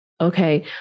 Okay